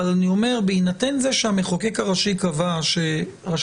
אבל בהינתן זה שהמחוקק הראשי קבע שהרשות